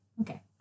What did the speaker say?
Okay